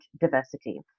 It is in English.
diversity